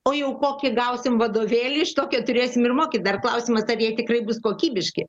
o jau kokį gausim vadovėlį iš toki turėsim ir mokyt dar klausimas ar jie tikrai bus kokybiški